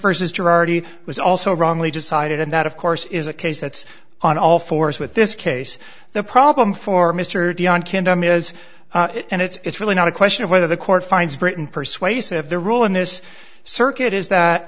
versus gerardi was also wrongly decided and that of course is a case that's on all fours with this case the problem for mr dionne kingdom is and it's really not a question of whether the court finds britain persuasive the rule in this circuit is that